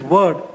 Word